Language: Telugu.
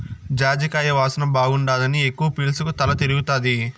జాజికాయ వాసన బాగుండాదని ఎక్కవ పీల్సకు తల తిరగతాది